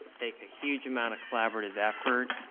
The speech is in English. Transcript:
take a huge amount of collaborative effort